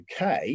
UK